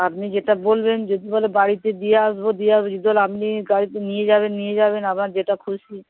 আপনি যেটা বলবেন যদি বল বাড়িতে দিয়ে আসবো দিয়ে আসব যদি তাহলে আপনি গাড়িতে নিয়ে যাবেন নিয়ে যাবেন আপনার যেটা খুশি